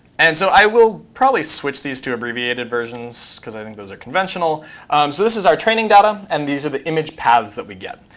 and so i will probably switch these to abbreviated versions because i think those are conventional. so this is our training data, and these are the image paths that we get.